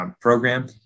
program